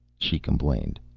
she complained.